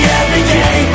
everyday